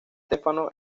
stefano